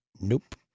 Nope